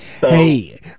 Hey